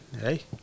hey